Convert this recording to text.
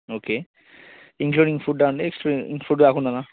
okay including ఫుడ్డా అండి food కాకుండా